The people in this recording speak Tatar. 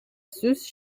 сүз